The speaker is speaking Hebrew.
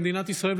ממדינת ישראל,